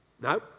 No